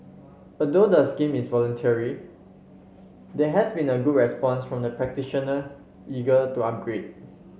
although the scheme is voluntary there has been a good response from practitioner eager to upgrade